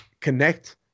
connect